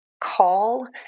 call